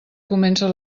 comença